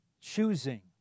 choosing